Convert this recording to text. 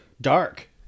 Dark